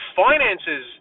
finances